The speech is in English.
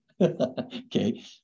okay